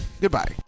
Goodbye